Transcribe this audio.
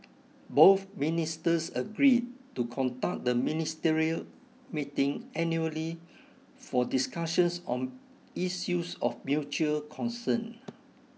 both ministers agreed to conduct the ministerial meeting annually for discussions on issues of mutual concern